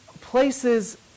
places